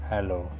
Hello